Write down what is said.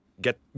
Get